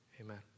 amen